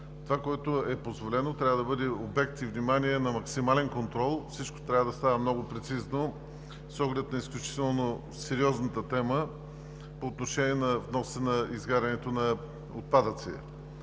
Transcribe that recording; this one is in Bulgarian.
Това, което е позволено, трябва да бъде обект и внимание на максимален контрол. Всичко трябва да става много прецизно с оглед на изключително сериозната тема по отношение на вноса и на изгарянето на отпадъци.